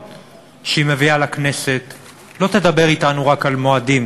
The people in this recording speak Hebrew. שהיא מביאה לכנסת לא תדבר אתנו רק על מועדים.